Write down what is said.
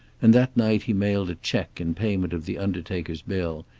and that night he mailed a check in payment of the undertaker's bill,